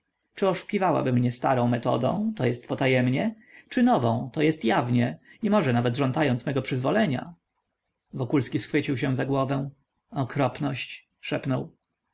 czy oszukiwałaby mnie starą metodą to jest potajemnie czy nową to jest jawnie i może nawet żądając mego przyzwolenia wokulski schwycił się za głowę okropność